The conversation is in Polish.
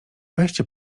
weźcie